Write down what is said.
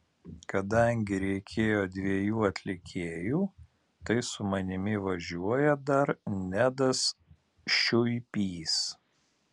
kadangi reikėjo dviejų atlikėjų tai su manimi važiuoja dar nedas šiuipys